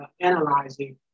analyzing